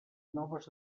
noves